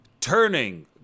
turning